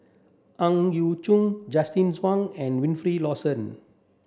Ang Yau Choon Justin Zhuang and Wilfed Lawson